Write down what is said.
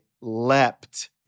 leapt